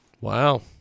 Wow